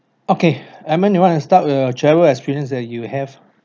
okay edmund do you want to start err travel experience that you have